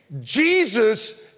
Jesus